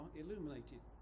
illuminated